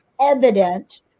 evident